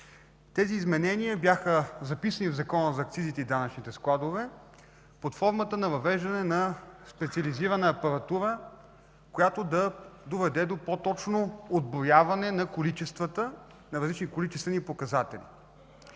Тези изменения бяха записани в Закона за акцизите и данъчните складове под формата на въвеждане на специализирана апаратура, която да доведе до по-точно отброяване на количествата, на различни количествени показатели.